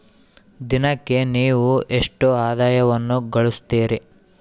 ದಿನಕ್ಕೆ ನೇವು ಎಷ್ಟು ಆದಾಯವನ್ನು ಗಳಿಸುತ್ತೇರಿ?